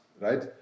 right